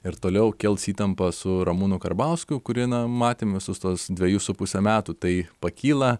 ir toliau kels įtampą su ramūnu karbauskiu kurį matėm visus tuos dvejus su puse metų tai pakyla